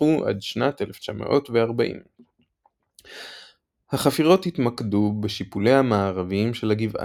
והתמשכו עד שנת 1940. החפירות התמקדו בשיפוליה המערביים של הגבעה.